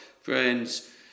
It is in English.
friends